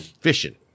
fishing